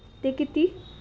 ते किती